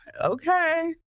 Okay